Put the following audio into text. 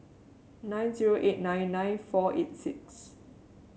nine zero eight nine nine four eight six